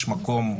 אולי יש מקום,